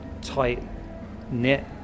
tight-knit